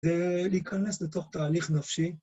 זה להיכנס לתוך תהליך נפשי.